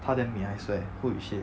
她 damn 美 I swear holy shit